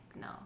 no